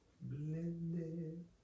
Blended